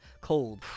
cold